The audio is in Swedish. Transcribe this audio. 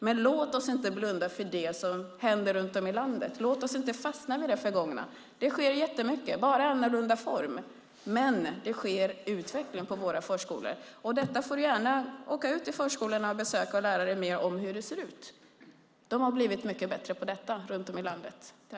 Men låt oss inte blunda för det som händer runt om i landet och låt oss inte fastna i det förgångna! Jättemycket sker nu, dock i en annan form. Det sker en utveckling på våra förskolor. Åk gärna, Amineh Kakabaveh, ut till förskolor för att lära dig mer om hur det ser ut! Runt om i landet har man där blivit mycket bättre på detta.